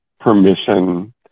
permission